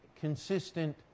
consistent